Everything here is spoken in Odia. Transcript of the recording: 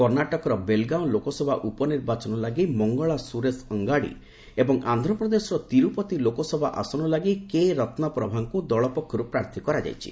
କର୍ଣ୍ଣାଟକର ବେଲଗାଁଓ ଲୋକସଭା ଉପନିର୍ବାଚନ ଲାଗି ମଙ୍ଗଳା ସ୍ତରେଶ ଅଙ୍ଗାଡି ଏବଂ ଆନ୍ଧ୍ରପ୍ଦେଶର ତିରୂପତି ଲୋକସଭା ଆସନ ଲାଗି କେ ରତ୍ନାପ୍ରଭାଙ୍କୁ ଦଳ ପକ୍ଷରୁ ପ୍ରାର୍ଥୀ କରାଯାଇଛି